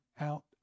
out